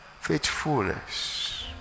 Faithfulness